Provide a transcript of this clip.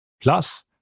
Plus